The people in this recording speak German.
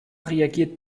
reagiert